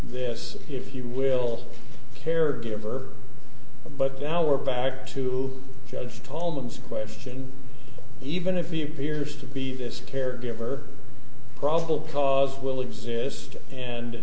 this if you will caregiver but now we're back to judge tallman to question even if he appears to be this caregiver probable cause will exist and